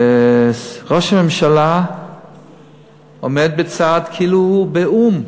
וראש הממשלה עומד בצד, כאילו הוא באו"ם,